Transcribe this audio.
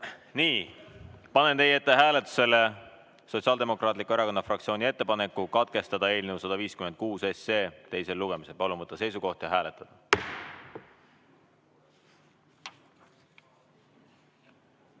Aitäh! Panen teie ette hääletusele Sotsiaaldemokraatliku Erakonna fraktsiooni ettepaneku katkestada eelnõu 156 teisel lugemisel. Palun võtta seisukoht ja hääletada!